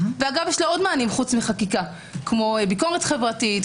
אגב יש לה עוד מענים חוץ מחקיקה כמו ביקורת חברתית,